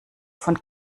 von